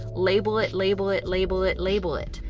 label it, label it, label it, label it.